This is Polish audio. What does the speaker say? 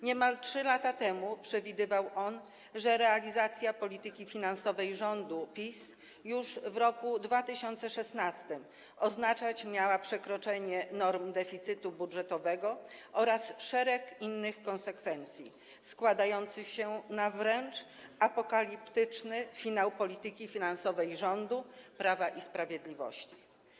Niemal 3 lata temu przewidywał on, że realizacja polityki finansowej rządu PiS już w roku 2016 oznaczać miała przekroczenie norm deficytu budżetowego oraz szereg innych konsekwencji składających się na wręcz apokaliptyczny finał polityki finansowej rządu Prawa i Sprawiedliwości.